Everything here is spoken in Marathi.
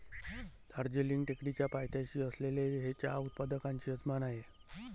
दार्जिलिंग टेकडीच्या पायथ्याशी असलेले हे चहा उत्पादकांचे यजमान आहे